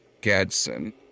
Gadsden